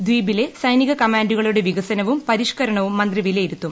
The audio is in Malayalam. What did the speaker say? ദ്വീപിലെ സൈനിക കമാൻഡുകളുടെ വികസനവും പരിഷ്കരണവും മന്ത്രി വിലയിരുത്തും